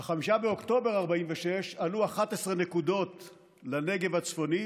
ב-5 באוקטובר 1946 עלו 14 נקודות לנגב הצפוני